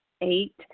Eight